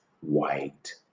white